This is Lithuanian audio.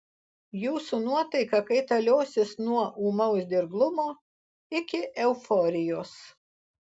jūsų nuotaika kaitaliosis nuo ūmaus dirglumo iki euforijos